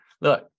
look